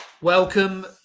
welcome